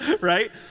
Right